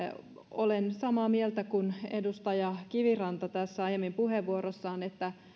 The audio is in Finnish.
olen samaa mieltä kuin edustaja kiviranta tässä aiemmin puheenvuorossaan että